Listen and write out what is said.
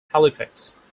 halifax